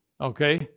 Okay